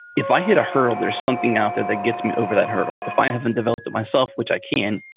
if i hit a hurdle, there's something out there that gets me over that hurdle. if i haven't developed it myself, which i can,